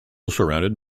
surrounded